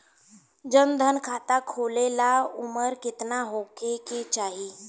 जन धन खाता खोले ला उमर केतना होए के चाही?